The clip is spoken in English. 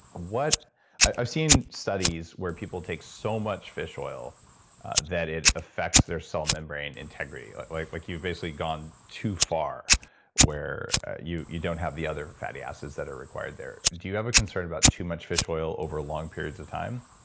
i've seen studies where people take so much fish oil that it affects their cell membrane integrity. like like you basically gone too far where you you don't have the other fatty acids that are required there. do you ever concern about too much fish oil over a long periods of time?